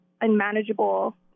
unmanageable